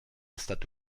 stato